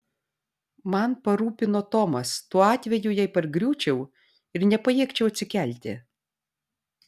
man parūpino tomas tuo atveju jei pargriūčiau ir nepajėgčiau atsikelti